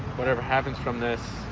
whatever happens from this,